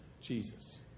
Jesus